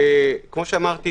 כפי שאמרתי,